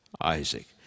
Isaac